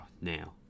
now